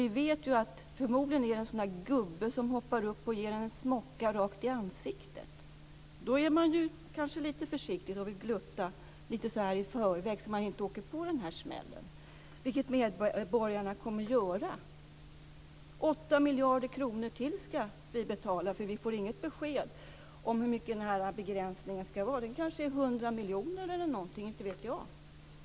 Vi vet att det förmodligen är en gubbe som hoppar upp och ger oss en smocka rakt i ansiktet. Då är man kanske lite försiktig och vill glutta i förväg så att man inte åker på den smällen, vilket medborgarna kommer att göra. 8 miljarder kronor till ska vi betala, för vi får inget besked om hur mycket begränsningen ska vara. Den kanske är 100 miljoner - inte vet jag.